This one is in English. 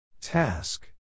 Task